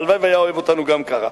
הלוואי שהיה אוהב גם אותנו ככה.